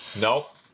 Nope